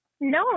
No